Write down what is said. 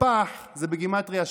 פח הוא 88 בגימטרייה,